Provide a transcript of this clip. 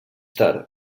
tard